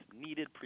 needed